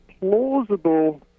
plausible